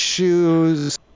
Shoes